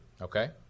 Okay